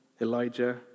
Elijah